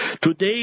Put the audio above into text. Today